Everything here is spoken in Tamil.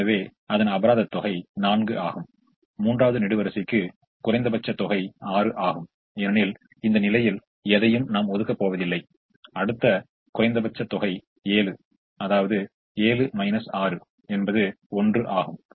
எனவே ஒதுக்கப்படாத 4 கட்ட நிலையில் இங்கே எதையாவது கொண்டு பொருத்துவதன் மூலம் நமக்கு ஒரு நன்மையைத் தரும் என்பதையும் அந்த நன்மை இதுதான் அதாவது 1 என்பதையும் இப்போது நம்மால் பார்க்க முடிகிறது